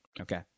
Okay